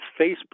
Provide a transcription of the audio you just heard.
Facebook